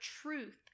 truth